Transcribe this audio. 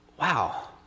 wow